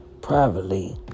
privately